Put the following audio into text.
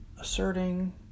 asserting